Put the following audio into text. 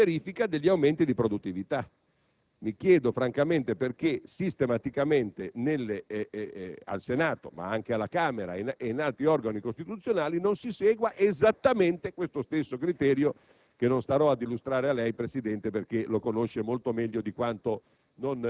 e che poi ulteriori aumenti sono possibili in rapporto alla verifica degli aumenti di produttività. Mi chiedo francamente perché sistematicamente al Senato, ma anche alla Camera e in altri organi costituzionali, non si segua esattamente questo stesso criterio